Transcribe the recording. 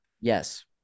yes